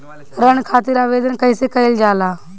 ऋण खातिर आवेदन कैसे कयील जाला?